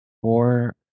four